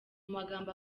magambo